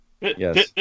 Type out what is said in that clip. Yes